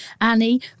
Annie